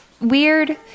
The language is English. weird